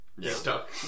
stuck